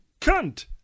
cunt